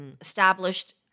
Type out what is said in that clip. …established